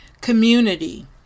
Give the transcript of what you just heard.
Community